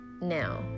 Now